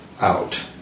out